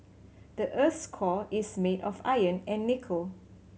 the earth's core is made of iron and nickel